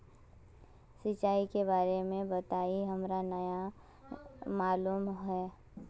सिंचाई के बारे में बताई हमरा नय मालूम है?